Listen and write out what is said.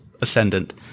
ascendant